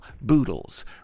Boodles